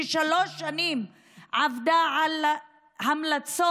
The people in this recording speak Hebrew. ששלוש שנים עבדה על ההמלצות,